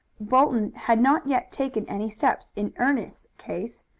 bolton had not yet taken any steps in ernest's case,